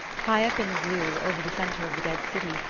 high up in the blue, over the centre of the dead city,